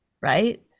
right